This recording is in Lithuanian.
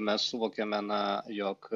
mes suvokėme na jog